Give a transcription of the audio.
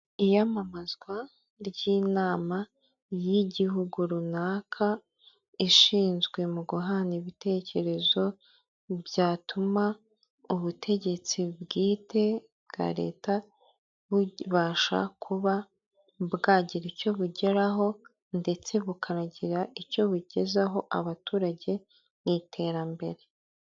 Iyamamazwa ry'inama y'igihugu runaka ,ishinzwe mu guhana ibitekerezo byatuma ubutegetsi bwite bwa leta bubasha kuba bwagira icyo bugeraho ,ndetse bukanagira icyo bugezaho abaturage mu iterambere.